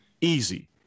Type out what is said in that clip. easy